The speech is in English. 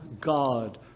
God